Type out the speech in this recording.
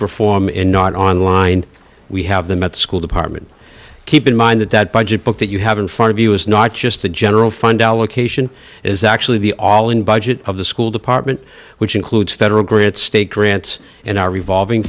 per form in not online we have them at school department keep in mind that that budget book that you have in front of you is not just the general fund allocation is actually the all in budget of the school department which includes federal grant state grants and our revolving